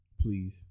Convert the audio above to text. Please